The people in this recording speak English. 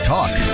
Talk